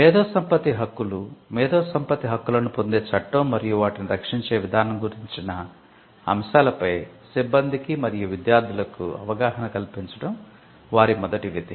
మేధో సంపత్తి హక్కులు మేధో సంపత్తి హక్కులను పొందే చట్టం మరియు వాటిని రక్షించే విధానం గురించిన అంశాలపై సిబ్బందికి మరియు విద్యార్థులకు అవగాహన కల్పించడం వారి మొదటి విధి